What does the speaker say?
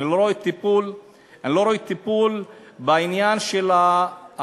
אני לא רואה טיפול בעניין של הבנייה,